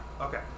Okay